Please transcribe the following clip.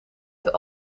het